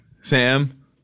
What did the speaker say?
Sam